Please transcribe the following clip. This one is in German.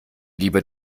lieber